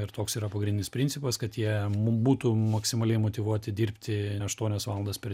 ir toks yra pagrindinis principas kad jie būtų maksimaliai motyvuoti dirbti aštuonias valandas per